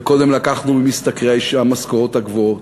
וקודם לקחנו ממשתכרי המשכורות הגבוהות,